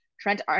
Trent